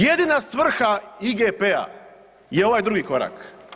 Jedina svrha IGP-a je ovaj drugi korak.